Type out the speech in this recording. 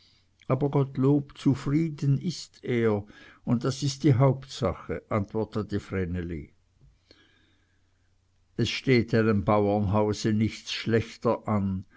aber gottlob zufrieden ist er und das ist die hauptsache antwortete vreneli es steht einem bauernhause nichts schlechter an